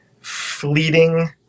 fleeting